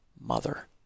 mother